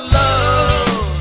love